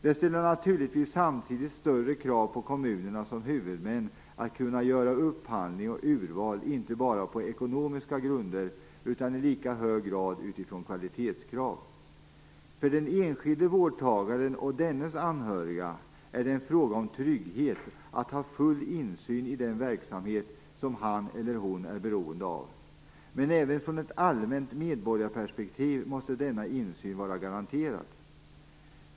Det ställer naturligtvis samtidigt större krav på kommunerna som huvudmän att göra upphandling och urval inte bara på ekonomiska grunder utan i lika hög grad utifrån kvalitetskrav. För den enskilde vårdtagaren och dennes anhöriga, är det en fråga om trygghet, om att ha full insyn i den verksamhet som han eller hon är beroende av. Men även från ett allmänt medborgarperspektiv måste denna insyn vara garanterad.